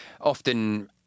often